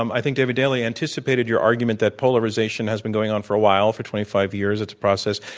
um i think david daley, anticipated your argument that polarization has been going on for a while for twenty five years as a process,